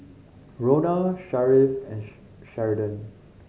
Rhona Sharif and Sheridan